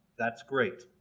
that's great